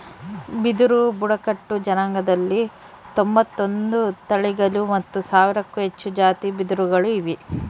ಬಿದಿರು ಬುಡಕಟ್ಟು ಜನಾಂಗದಲ್ಲಿ ತೊಂಬತ್ತೊಂದು ತಳಿಗಳು ಮತ್ತು ಸಾವಿರಕ್ಕೂ ಹೆಚ್ಚು ಜಾತಿ ಬಿದಿರುಗಳು ಇವೆ